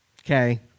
Okay